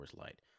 Light